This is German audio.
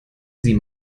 sie